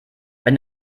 wenn